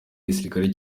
gisirikare